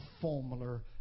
formula